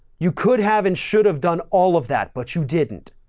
you could have and should have done all of that, but you didn't.